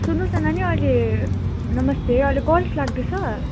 सुन्नुहोस् न नानी अहिले नमस्ते अहिले कलेज लाग्दैछ